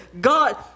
God